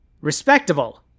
respectable